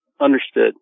Understood